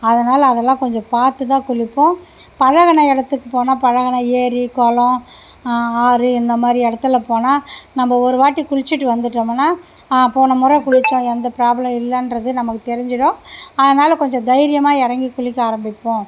அதனால் அதெல்லாம் கொஞ்சம் பார்த்துதான் குளிப்போம் பழகின இடத்துக்கு போன பழகின ஏரி குளம் ஆறு இந்தமாதிரி இடத்துல போனால் நம்ம ஒருவாட்டி குளித்துட்டு வந்துட்டோமுன்னால் போன முறை குளித்தோம் எந்த ப்ராப்ளம் இல்லைன்றது நமக்கு தெரிஞ்சுடும் அதனால் கொஞ்சம் தைரியமாக இறங்கி குளிக்க ஆரம்பிப்போம்